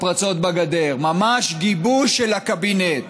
בגדר, ממש גיבוש של הקבינט.